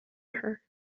her